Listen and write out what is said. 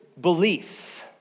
beliefs